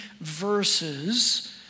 verses